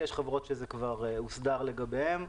יש חברות שזה כבר הוסדר לגביהן.